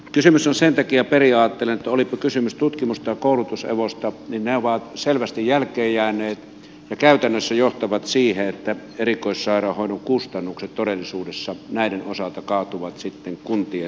kysymys on sen takia periaatteellinen että olipa kysymys tutkimus tai koulutus evosta niin ne ovat selvästi jälkeenjääneet ja se käytännössä johtaa siihen että erikoissairaanhoidon kustannukset todellisuudessa näiden osalta kaatuvat sitten kuntien niskaan